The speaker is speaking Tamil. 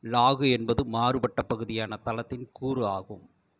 லாகு என்பது மாறுபட்ட பகுதியான தலத்தின் கூறு ஆகும்